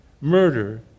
murder